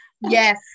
Yes